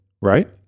right